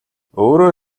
өөрөөр